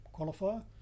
qualifier